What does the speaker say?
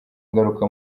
ngaruka